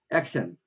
action